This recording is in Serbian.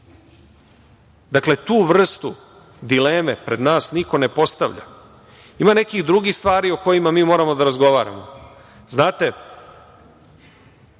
drugo. Dakle, tu vrstu dileme pred nas niko ne postavlja. Ima nekih drugih stvari o kojima mi moramo da razgovaramo. Znate,